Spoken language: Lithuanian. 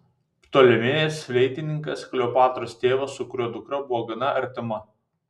ptolemėjas fleitininkas kleopatros tėvas su kuriuo dukra buvo gana artima